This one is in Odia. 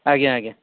ଆଜ୍ଞା ଆଜ୍ଞା